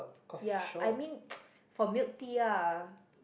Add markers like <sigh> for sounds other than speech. ya I mean <noise> for milk tea ah